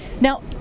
Now